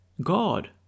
God